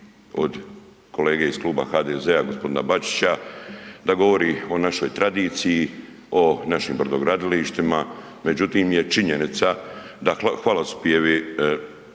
od kolege iz kluba HDZ-a, g. Bačića da govori o našoj tradiciji, o našim brodogradilištima, međutim je činjenica da hvalospjevi,